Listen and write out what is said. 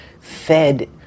fed